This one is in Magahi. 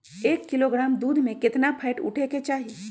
एक किलोग्राम दूध में केतना फैट उठे के चाही?